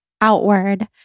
outward